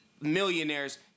millionaires